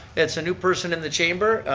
that's a new person in the chamber,